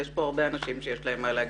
יש פה הרבה אנשים שיש להם מה להגיד.